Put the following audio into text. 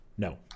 No